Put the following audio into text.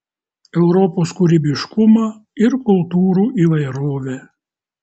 europos kūrybiškumą ir kultūrų įvairovę